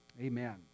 Amen